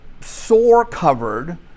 sore-covered